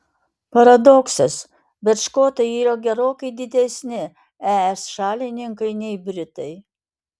paradoksas bet škotai yra gerokai didesni es šalininkai nei britai